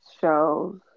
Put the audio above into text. shows